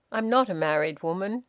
i'm not a married woman.